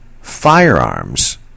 firearms